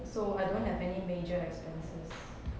so I don't have any major expenses